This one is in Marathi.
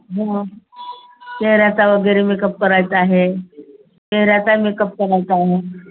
हो म चेहऱ्याचा वगैरे मेकअप करायचा आहे चेहऱ्याचा मेकअप करायचा आहे